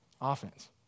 Offense